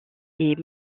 est